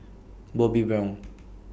Bobbi Brown